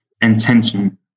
intention